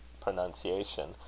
pronunciation